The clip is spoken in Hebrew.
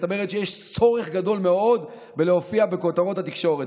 מסתבר שיש צורך גדול מאוד להופיע בכותרות התקשורת,